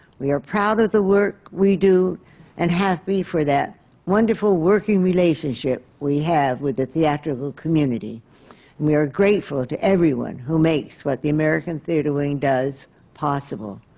we are proud of the work we do and happy for that wonderful working relationship we have with the theatrical community. and we are grateful to everyone who makes what the american theatre wing does possible.